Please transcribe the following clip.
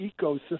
ecosystem